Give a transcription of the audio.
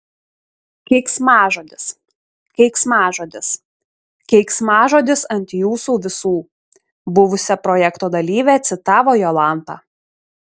keiksmažodis keiksmažodis keiksmažodis ant jūsų visų buvusią projekto dalyvę citavo jolanta